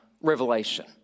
revelation